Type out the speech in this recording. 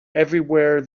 everywhere